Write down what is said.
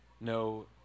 No